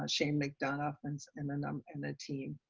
ah shane mcdonough and so and the number, and the team,